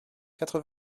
quatre